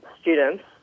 students